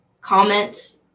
comment